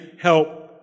help